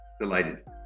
Delighted